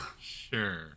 Sure